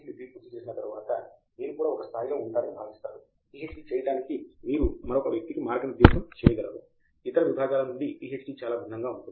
degree పూర్తి చేసిన తర్వాత మీరు కూడా ఒక స్థాయిలో ఉంటారని భావిస్తున్నారు పీహెచ్డీ చేయడానికి మీరు మరొక వ్యక్తికి మార్గనిర్దేశం చేయగలరు ఇతర విభాగాల నుండి పీహెచ్డీ చాలా భిన్నంగా ఉంటుంది